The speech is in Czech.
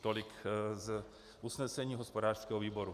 Tolik usnesení hospodářského výboru.